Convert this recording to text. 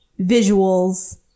visuals